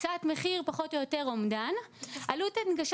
לצערי הרב אחוז האנשים